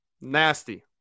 nasty